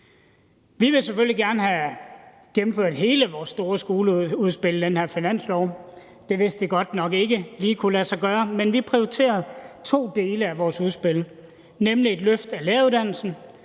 Vi ville selvfølgelig gerne have gennemført hele vores store skoleudspil i den her finanslov, men det vidste vi godt nok ikke lige kunne lade sig gøre, men vi prioriterede to dele af vores udspil, nemlig et løft af læreruddannelsen